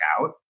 out